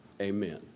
Amen